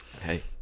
Hey